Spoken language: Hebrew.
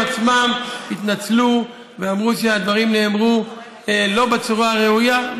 הם עצמם התנצלו ואמרו שהדברים נאמרו לא בצורה הראויה.